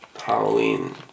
Halloween